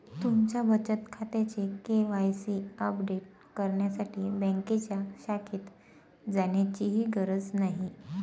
तुमच्या बचत खात्याचे के.वाय.सी अपडेट करण्यासाठी बँकेच्या शाखेत जाण्याचीही गरज नाही